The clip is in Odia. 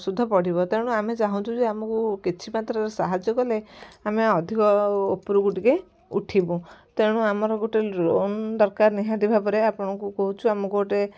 ସୁଧ ପଡ଼ିବ ତେଣୁ ଆମେ ଚାହୁଁଛୁ ଯେ ଆମକୁ କିଛି ମାତ୍ରାରେ ସାହାଯ୍ୟ କଲେ ଆମେ ଅଧିକ ଓପରକୁ ଟିକେ ଉଠିବୁ ତେଣୁ ଆମର ଗୋଟେ ରୁମ ଦରକାର ନିହାତି ଭାବରେ ଆପଣଙ୍କୁ କହୁଛୁ ଆମକୁ ଗୋଟେ